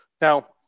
Now